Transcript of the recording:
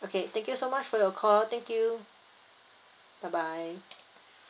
okay thank you so much for your call thank you bye bye